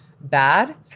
bad